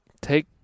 take